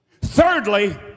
Thirdly